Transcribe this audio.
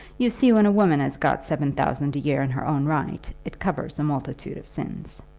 you see when a woman has got seven thousand a year in her own right, it covers a multitude of sins.